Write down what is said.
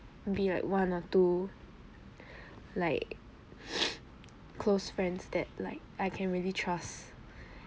be like one or two like close friends that like I can really trust